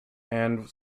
and